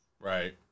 Right